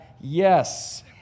yes